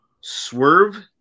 Swerve